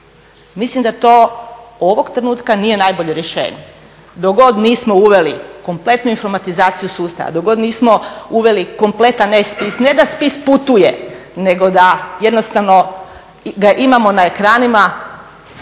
Mislim da to ovog trenutka nije najbolje rješenje. Dok god nismo uveli kompletnu informatizaciju sustava, dok god nismo uveli kompletan e-spis, ne da spis putuje nego da ga jednostavno imamo na ekranima